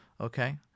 Okay